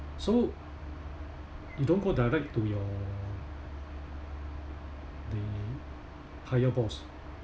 so you don't go direct to your the higher boss